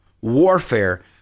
warfare